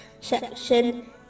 section